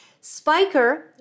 Spiker